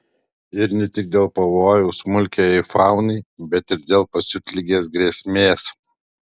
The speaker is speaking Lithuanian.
ir ne tik dėl pavojaus smulkiajai faunai bet ir dėl pasiutligės grėsmės